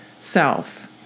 self